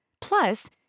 Plus